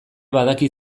badaki